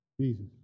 Jesus